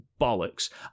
bollocks